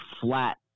flat